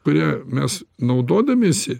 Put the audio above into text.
kuria mes naudodamiesi